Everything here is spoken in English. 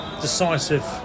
decisive